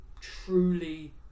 truly